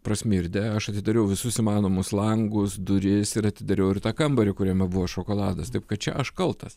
prasmirdę aš atidariau visus įmanomus langus duris ir atidariau ir tą kambarį kuriame buvo šokoladas taip kad čia aš kaltas